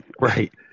right